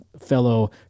fellow